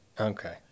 okay